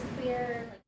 clear